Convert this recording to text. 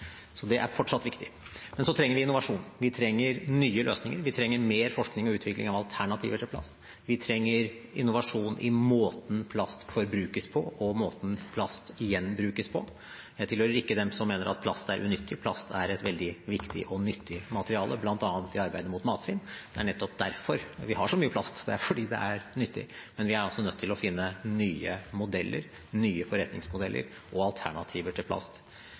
Så det er fortsatt viktig. Men så trenger vi innovasjon. Vi trenger nye løsninger, vi trenger mer forskning og utvikling av alternativer til plast. Vi trenger innovasjon i måten plast forbrukes på, og i måten plast gjenbrukes på. Jeg tilhører ikke dem som mener at plast er unyttig. Plast er et veldig viktig og nyttig materiale, bl.a. i arbeidet mot matsvinn. Det er nettopp derfor vi har så mye plast; det er fordi det er nyttig. Men vi er altså nødt til å finne nye modeller – nye forretningsmodeller – og alternativer til plast.